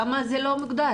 למה זה לא מוגדר?